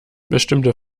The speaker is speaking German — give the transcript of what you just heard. bestimmte